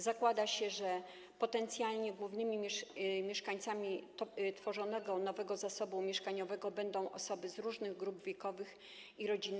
Zakłada się, że potencjalnie głównymi mieszkańcami tworzonego nowego zasobu mieszkaniowego będą osoby z różnych grup wiekowych i pełne rodziny.